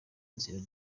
nzira